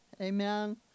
Amen